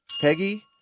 Peggy